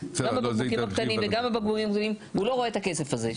גם בבקבוקים הקטנים וגם הבקבוקים הגדולים והוא לא רואה את הכסף הזה.